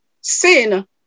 Sin